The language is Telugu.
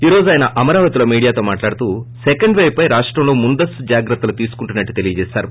ఈ రోజు ఆయన అమరావతిలో మీడియాతో మాట్లాడూతూ సెకండ్ వేవ్ పై రాష్టంలో ముందస్తు జాగ్రత్తలు తీసుకుంటున్నామని తెలియజేశారు